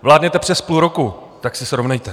Vládnete přes půl roku, tak se srovnejte.